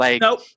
Nope